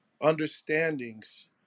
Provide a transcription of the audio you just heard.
understandings